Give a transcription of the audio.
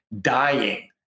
dying